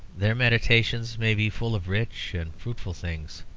their meditations may be full of rich and fruitful things.